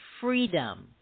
freedom